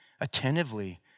attentively